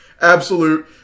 Absolute